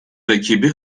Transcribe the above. rakibi